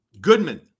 Goodman